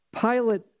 Pilate